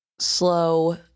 Slow